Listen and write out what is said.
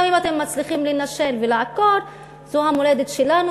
גם אם אתם מצליחים לנשל ולעקור, זו המולדת שלנו.